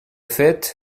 fait